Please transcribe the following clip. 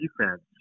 defense